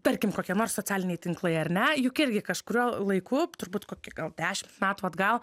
tarkim kokie nors socialiniai tinklai ar ne juk irgi kažkuriuo laiku turbūt kokie gal dešim metų atgal